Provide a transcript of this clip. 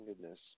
Goodness